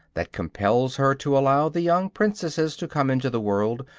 that compels her to allow the young princesses to come into the world,